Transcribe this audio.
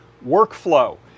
Workflow